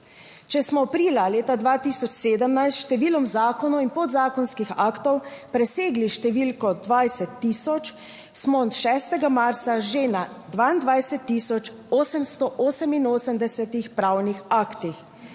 Če smo aprila leta 2017 s številom zakonov in podzakonskih aktov presegli številko 20 tisoč, smo 6. marca že na 22 tisoč 888 pravnih aktih,